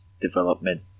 development